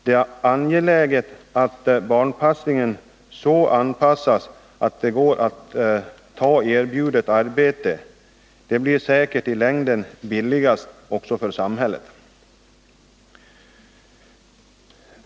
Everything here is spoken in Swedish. Det är angeläget att barnp att det går att ta erbjudet arbete — det blir säkert i längden billigast också för samhället.